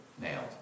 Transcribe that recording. nailed